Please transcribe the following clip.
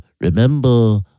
Remember